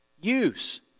Use